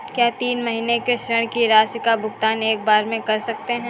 क्या तीन महीने के ऋण की राशि का भुगतान एक बार में कर सकते हैं?